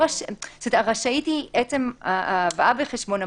רשאית זה עצם ההבאה בחשבון,